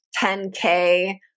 10K